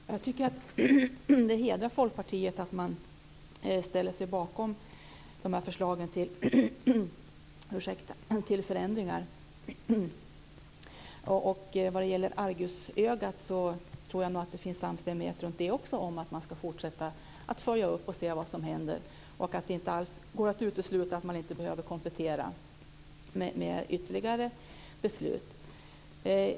Fru talman! Jag tycker att det hedrar Folkpartiet att man ställer sig bakom de här förslagen till förändringar. När det gäller argusögat tror jag nog att det finns en samstämmighet om att man ska fortsätta att följa upp och se vad som händer och att det inte alls går att utesluta att man behöver komplettera med ytterligare beslut.